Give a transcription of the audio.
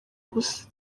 gusa